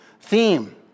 theme